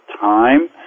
time